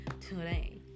today